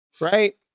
right